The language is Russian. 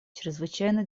чрезвычайно